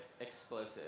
explosive